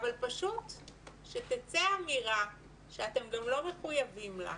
אבל פשוט שתצא אמירה שאתם גם לא מחויבים לה.